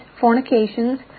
fornications